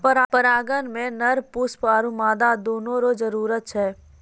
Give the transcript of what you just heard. परागण मे नर पुष्प आरु मादा दोनो रो जरुरी छै